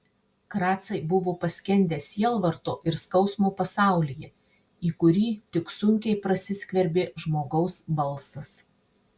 kracai buvo paskendę sielvarto ir skausmo pasaulyje į kurį tik sunkiai prasiskverbė žmogaus balsas